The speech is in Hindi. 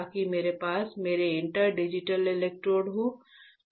ताकि मेरे पास मेरे इंटर डिजिटल इलेक्ट्रोड हो